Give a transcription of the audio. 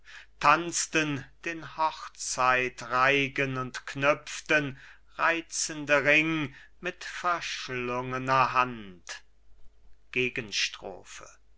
tanzten den hochzeitreigen und knüpften reizende ring mit verschlungener hand